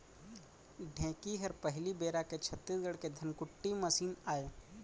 ढेंकी हर पहिली बेरा के छत्तीसगढ़ के धनकुट्टी मसीन आय